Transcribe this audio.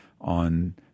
on